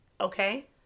okay